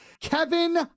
Kevin